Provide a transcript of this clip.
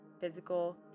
physical